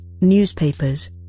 newspapers